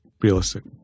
realistic